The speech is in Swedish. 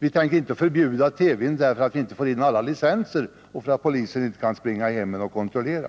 TV kan ju inte förbjudas därför att staten inte får in alla licenser och för att polisen inte kan springa i hemmen och kontrollera.